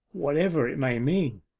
whatever it may mean